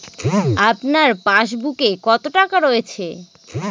আপনার পাসবুকে কত টাকা রয়েছে?